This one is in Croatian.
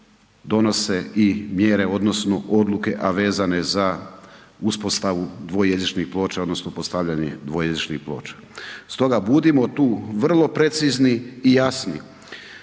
donose i mjere odnosne odluke, a vezane za uspostavu dvojezičnih ploča odnosno postavljanje dvojezičnih ploča, stoga budimo tu vrlo precizni i jasni.